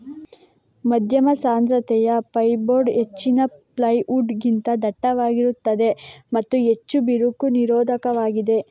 ಮಧ್ಯಮ ಸಾಂದ್ರತೆಯ ಫೈರ್ಬೋರ್ಡ್ ಹೆಚ್ಚಿನ ಪ್ಲೈವುಡ್ ಗಿಂತ ದಟ್ಟವಾಗಿರುತ್ತದೆ ಮತ್ತು ಹೆಚ್ಚು ಬಿರುಕು ನಿರೋಧಕವಾಗಿದೆ